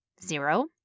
Zero